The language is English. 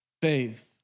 faith